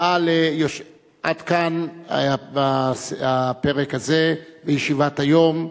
עד כאן הפרק הזה בישיבת היום,